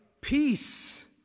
Peace